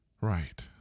Right